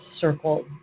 circle